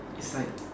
it's like